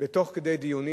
תוך כדי דיונים.